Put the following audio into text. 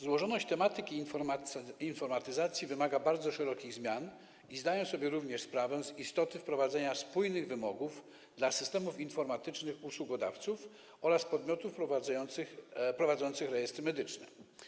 Złożoność tematyki informatyzacji wymaga bardzo szerokich zmian i zdaję sobie również sprawę z istoty wprowadzenia spójnych wymogów dla systemów informatycznych usługodawców oraz podmiotów prowadzących rejestry medyczne.